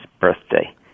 birthday